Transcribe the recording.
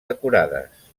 decorades